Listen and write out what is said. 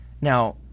Now